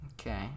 Okay